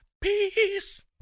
Peace